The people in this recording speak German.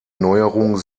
neuerung